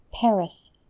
Paris